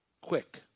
quick